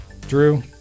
Drew